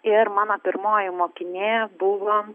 ir mano pirmoji mokinė buvo